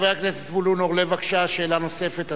חבר הכנסת זבולון אורלב, בבקשה, שאלה נוספת.